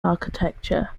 architecture